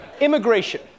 Immigration